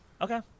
Okay